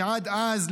כשעד אז,